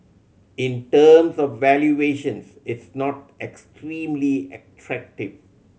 in terms of valuations it's not extremely attractive